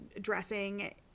dressing